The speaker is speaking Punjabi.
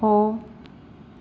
ਹੋ